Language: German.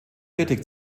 tätig